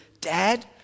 Dad